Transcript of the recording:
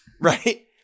right